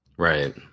Right